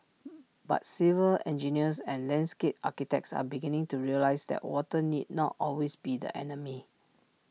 but civil engineers and landscape architects are beginning to realise that water need not always be the enemy